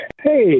Hey